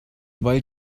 weil